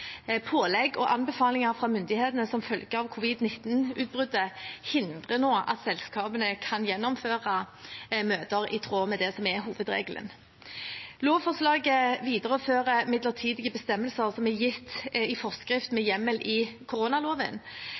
Pålegg og anbefalinger fra myndighetene som følge av covid-19-utbruddet hindrer nå at selskapene kan gjennomføre møter i tråd med det som er hovedregelen. Lovforslaget viderefører midlertidige bestemmelser som er gitt i forskrift med hjemmel i koronaloven.